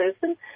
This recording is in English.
person